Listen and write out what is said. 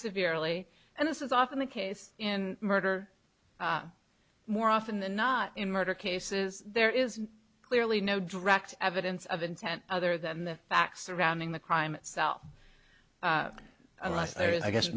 severely and this is often the case in murder more often than not in murder cases there is clearly no direct evidence of intent other than the facts surrounding the crime itself